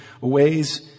ways